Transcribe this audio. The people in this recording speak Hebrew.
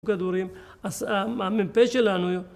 כדורים, המ"פ שלנו